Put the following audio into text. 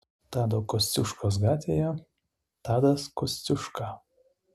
tado kosciuškos gatvėje tadas kosciuška